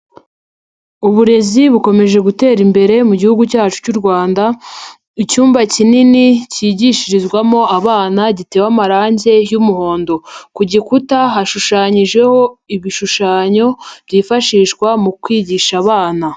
Uburezi bukomeje gutera imbere mu gihugu cyacu cy'u Rwanda, icyumba kinini cyigishirizwamo abana gitewe amarangi y'umuhondo. Ku gikuta hashushanyijeho ibishushanyo byifashishwa mu kwigisha abana.